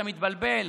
אתה מתבלבל.